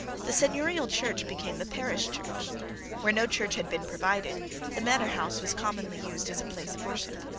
the seigneurial church became the parish church where no church had been provided the manor-house was commonly used as a place of worship.